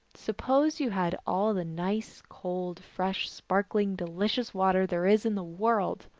suppose you had all the nice cold, fresh, sparkling, delicious water there is in the world,